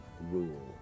rule